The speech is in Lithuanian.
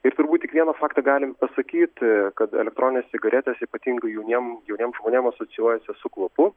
ir turbūt tik vieną faktą galim pasakyti kad elektroninės cigaretės ypatingai jauniem jauniem žmonėm asocijuojasi su kvapu